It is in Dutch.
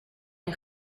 een